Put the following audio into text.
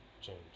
change